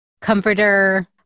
comforter